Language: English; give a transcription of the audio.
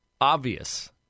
obvious